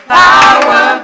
power